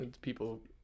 people